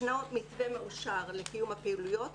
ישנו מתווה מאושר לקיום הפעילויות,